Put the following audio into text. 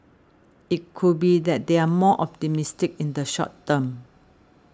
it could be that they're more optimistic in the short term